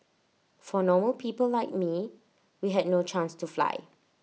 for normal people like me we had no chance to fly